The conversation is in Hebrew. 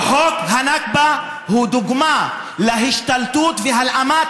וחוק הנכבה הוא דוגמה להשתלטות ולהלאמת